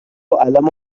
عَلَم